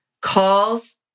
calls